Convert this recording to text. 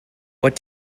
what